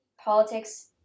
politics